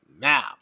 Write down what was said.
now